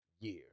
year